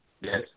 Yes